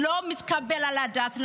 לא מתקבל על הדעת.